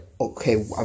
okay